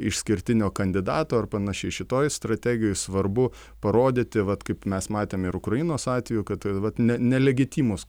išskirtinio kandidato ar panašiai šitoj strategijoj svarbu parodyti vat kaip mes matėm ir ukrainos atveju kad tai vat ne nelegitmūs